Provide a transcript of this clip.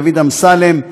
דוד אמסלם,